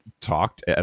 talked